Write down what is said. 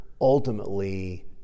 ultimately